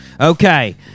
Okay